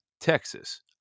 Texas